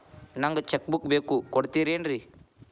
ನಂಗ cheque book ಬೇಕು ಕೊಡ್ತಿರೇನ್ರಿ?